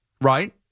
right